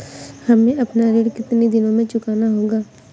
हमें अपना ऋण कितनी दिनों में चुकाना होगा?